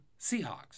Seahawks